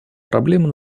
проблемы